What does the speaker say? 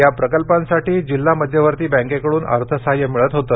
या प्रकल्पांसाठी जिल्हा मध्यवर्ती बँकेकडून अर्थसहाय्य मिळत होते